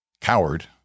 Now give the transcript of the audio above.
coward